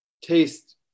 taste